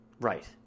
Right